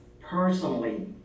personally